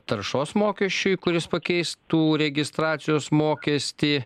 taršos mokesčiui kuris pakeistų registracijos mokestį